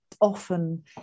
often